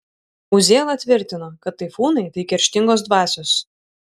uzėla tvirtino kad taifūnai tai kerštingos dvasios